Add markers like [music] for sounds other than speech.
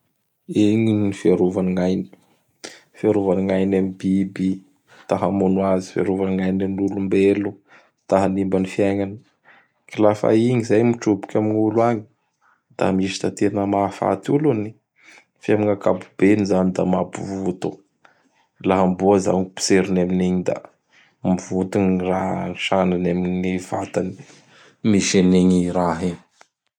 [noise] Igny ny fiarovany gny ainy. [noise] Fiarovany gny ainy amin'ny biby [noise] ta hamono azy. Fiarovany gny ainy amin'ny olombelo ta hanimba gny fiaignany. [noise] K lafa igny izay mitroboky amin'olo agny da misy da tena mahafaty olo anigny! [noise] Fe am gn' ankapobeny zany da mampivonto. Laha amboa izao potseriny amin'igny da mivonto gny raha sanany amin'ny vatany, [noise] misy anigny raha igny.